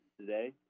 today